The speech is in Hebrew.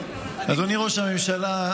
אדוני ראש הממשלה,